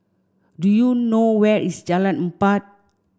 do you know where is Jalan Empat